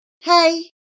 Hey